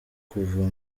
kuva